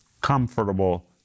comfortable